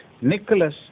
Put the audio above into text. Nicholas